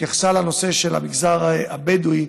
שהתייחסה לנושא של המגזר הבדואי,